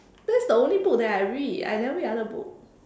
that's the only book that I read I never read other books